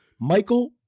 Michael